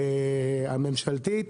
הממשלתית,